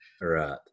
right